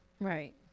Right